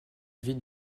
vie